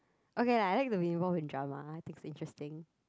okay lah I like to be involve in drama I think it's interesting